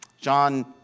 John